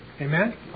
Amen